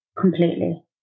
completely